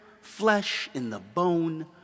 flesh-in-the-bone